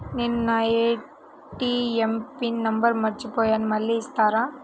నేను నా ATM PIN number మర్చిపోయాను మళ్ళీ ఇస్తారా?